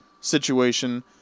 situation